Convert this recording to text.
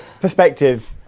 perspective